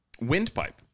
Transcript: Windpipe